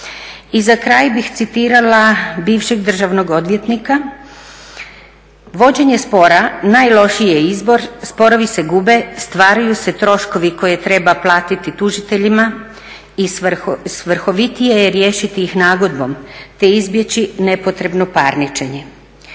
I za kraj bih citirala bivšeg državnog odvjetnika "vođenje spora najlošiji je izbor, sporovi se gube, stvaraju se troškovi koje treba platiti tužiteljima i svrhovitije je riješiti ih nagodbom te izbjeći nepotrebno parničenje."